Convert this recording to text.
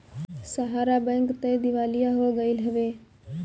सहारा bank तअ दिवालिया हो गईल हवे